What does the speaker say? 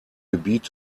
gebiet